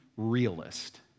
realist